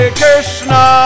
Krishna